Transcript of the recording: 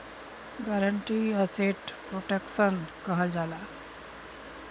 guarantee asset protection कहल जाला